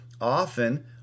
often